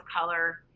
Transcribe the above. color